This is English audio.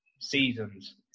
seasons